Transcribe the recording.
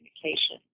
communication